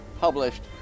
published